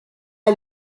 est